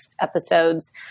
episodes